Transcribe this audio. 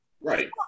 right